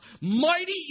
Mighty